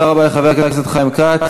תודה רבה לחבר הכנסת חיים כץ.